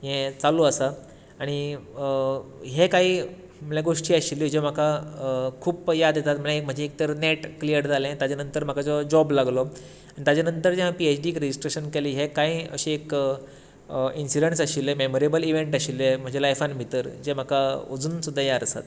हें चालू आसा आनी हें काही म्हळ्यार गोश्टी आशिल्ल्यो ज्यो म्हाका खूब्ब याद येता म्हळ्यार म्हजी एक तर नेट क्लियर जालें ताज्या नंतर म्हाका जो जाॅब लागलो ताच्या नंतर हांवेन पी एच डीक रजिस्ट्रेशन केले हें कांय अशें एक इन्सिडन्स आशिल्ले मेमोरेबल इव्हेंट आशिल्ले म्हज्या लायफांत भितर जे म्हाका अजून सुद्दां याद आसात